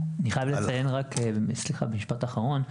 סליחה, אני חייב לציין במשפט אחרון.